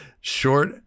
short